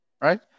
Right